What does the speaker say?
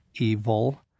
Evil